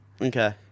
Okay